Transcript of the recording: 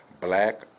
Black